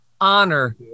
honor